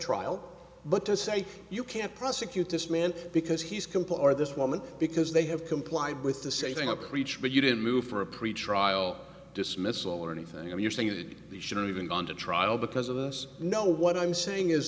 trial but to say you can't prosecute this man because he's comply or this woman because they have complied with the same thing i preach but you didn't move for a pretrial dismissal or anything you know you're saying you did shouldn't even gone to trial because of us know what i'm saying is